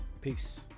Peace